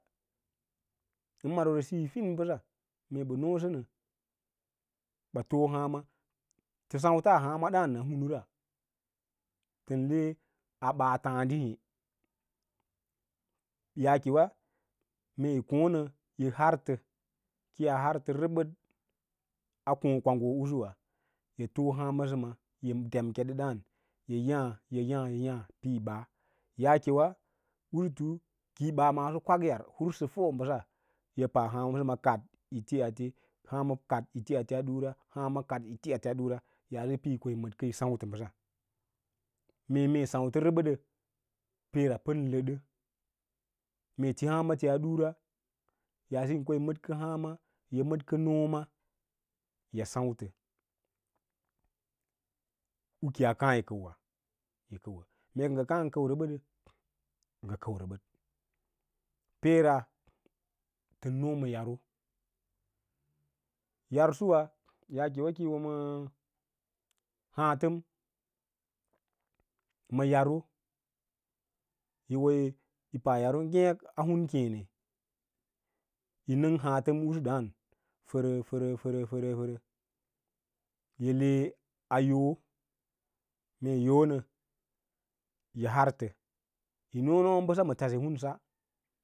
An marorí siyi fin bəsa mee ngə noosənə ngə foo hǎǎma fə sâuta hǎǎma ɗǎǎn a hamura tən he a baa tǎǎdi nê yaakewa mee yīkonə yi hantə kiyaa hartə rəbəd a kǒǒ a kǒǒ kwanggo usuwa yi foo hǎǎmasəma yi demkeɗə dǎǎn yi yǎǎ yi yaã- yi yaã pə yi ɓaa. Yaakewa nsutu ki yi ɓaa maaso kwakyar hwusə fo bəsa yí pa hǎǎsəma kafyi tī ate, hǎǎma kat yi ti ate dorra, hǎǎma kat yi yi ate dʌra yaase pə yi ko yi mədkə yi sǎutə ɓəsa mee mee yi səntə rəɓədə peera pən lədə mee ti hǎǎma ti a dara yaasan ko yi mədke hǎǎma yi maɗkə nooma yi sāutə u kiyaa kaã yi kəuwa yi kəuwə, mee kə ŋə kaã ngə kəu rəbədə, ngə kəu rəbəd. Peera tən noo ma yaro yar suwa yaakewa kiyi no ma ǎǎtəm ma yato, yi wo yi pa yaro ngèk a hun kěěne nə nəng haatəm usu dǎǎm fərə-fərə, fərə fərə yi le a yoo mee yo nə ʌ hartə, yi yo bəsa ma tase hwusa.